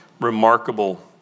remarkable